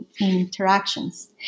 interactions